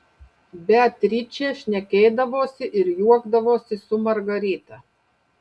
beatričė šnekėdavosi ir juokdavosi su margarita